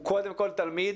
הוא קודם כל תלמיד.